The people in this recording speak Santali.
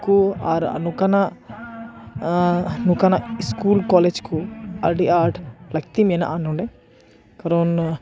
ᱠᱚ ᱟᱨ ᱱᱚᱠᱟᱱᱟᱜ ᱱᱚᱠᱟᱱᱟᱜ ᱤᱥᱠᱩᱞ ᱠᱚᱞᱮᱡᱽ ᱠᱚ ᱟᱹᱰᱤ ᱟᱴ ᱞᱟᱹᱠᱛᱤ ᱢᱮᱱᱟᱜᱼᱟ ᱱᱚᱰᱮ ᱠᱟᱨᱚᱱ